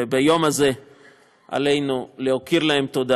וביום הזה עלינו להכיר להם תודה